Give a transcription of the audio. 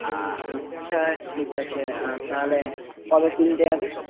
আচ্ছা ঠিক আছে আর তাহলে কবে কিনতে যাবি